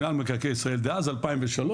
מנהל מקרקעי ישראל דאז 2003,